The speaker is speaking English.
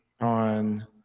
on